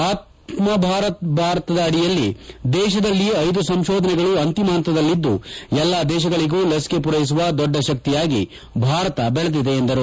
ಆತ್ಮ ನಿರ್ಭರ ಭಾರತದ ಅಡಿಯಲ್ಲಿ ದೇಶದಲ್ಲಿ ಐದು ಸಂಶೋಧನೆಗಳು ಅಂತಿಮ ಹಂತದಲ್ಲಿದ್ದು ಎಲ್ಲಾ ದೇಶಗಳಿಗೂ ಲಸಿಕೆ ಪೂರೈಸುವ ದೊಡ್ಡ ಶಕ್ತಿಯಾಗಿ ಭಾರತ ಬೆಳೆದಿದೆ ಎಂದರು